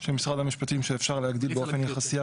של משרד המשפטים שאפשר להגדיל באופן יחסי,